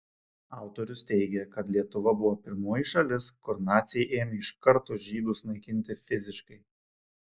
autorius teigia kad lietuva buvo pirmoji šalis kur naciai ėmė iš karto žydus naikinti fiziškai